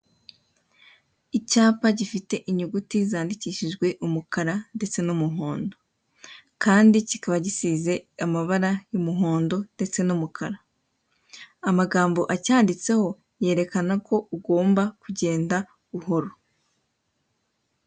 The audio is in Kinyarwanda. Icyapa gifite inyuguti zandikijijwe umukara ndetse n'umuhondo kandi kikaba gisize amabara y'umuhondo ndetse n'umukara, amagambo acyanditseho yerekana ko ugomba kugenda buhoro.